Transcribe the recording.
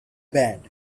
band